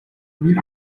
mille